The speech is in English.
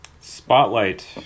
Spotlight